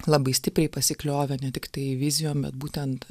labai stipriai pasikliovė ne tiktai vizijom bet būtent